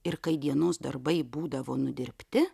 ir kai dienos darbai būdavo nudirbti